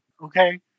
okay